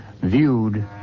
viewed